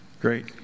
Great